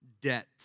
debt